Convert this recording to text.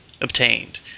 obtained